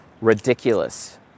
ridiculous